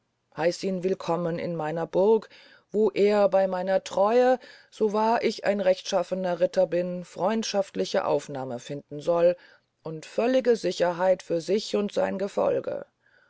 heiß ihn willkommen in meiner burg wo er bey meiner treue so wahr ich ein rechtschaffener ritter bin freundschaftliche aufnahme finden soll und völlige sicherheit für sich und sein gefolge